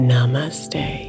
Namaste